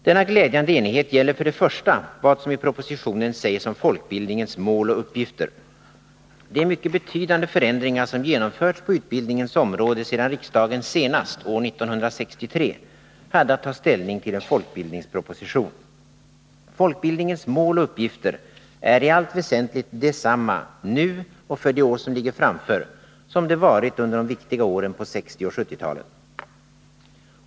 Denna glädjande enighet gäller för det första vad som i propositionen sägs om folkbildningens mål och uppgifter. Det är mycket betydande förändringar som genomförts på utbildningens område sedan riksdagen senast, år 1963, hade att ta ställning till en folkbildningsproposition. Folkbildningens mål och uppgifter är i allt väsentligt desamma nu och för de år som ligger framför som de varit de viktiga åren på 1960 och 1970-talet.